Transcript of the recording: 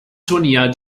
turnier